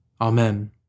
Amen